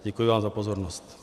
Děkuji vám za pozornost.